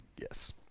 Yes